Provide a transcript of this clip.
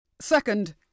Second